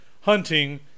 hunting